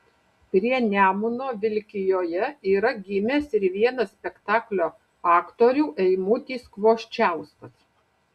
prie nemuno vilkijoje yra gimęs ir vienas spektaklio aktorių eimutis kvoščiauskas